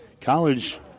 College